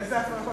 איזה הפרעות?